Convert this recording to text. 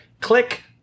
click